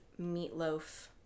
meatloaf